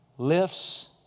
Lifts